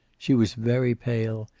she was very pale,